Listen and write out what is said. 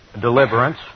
deliverance